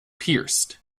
pierced